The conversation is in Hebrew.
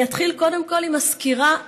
קודם כול עם הסקירה,